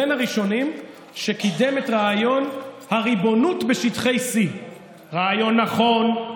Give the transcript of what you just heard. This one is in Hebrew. בין הראשונים שקידמו את רעיון הריבונות בשטחי C. רעיון נכון,